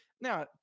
now